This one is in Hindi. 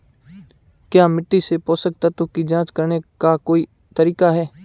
क्या मिट्टी से पोषक तत्व की जांच करने का कोई तरीका है?